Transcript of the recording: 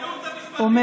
לכלכתם על הייעוץ המשפטי.